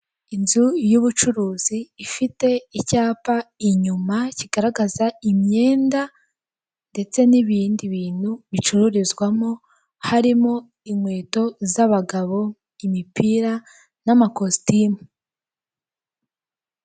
Inzu y'ubucuruzi ifite icyapa inyuma kigaragaza imyenda ndetse n'ibindi bintu bicururizwamo, harimo inkweto z'abagabo, imipira n'amakositimu.